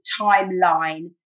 timeline